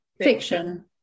Fiction